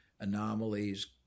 anomalies